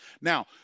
Now